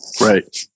Right